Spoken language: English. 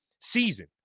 season